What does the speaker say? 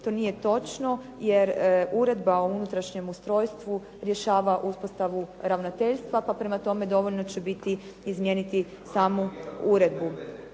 To nije točno, jer Uredba o unutrašnjem ustrojstvu rješava uspostavu ravnateljstva pa prema tome dovoljno će biti izmijeniti samu uredbu.